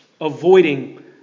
avoiding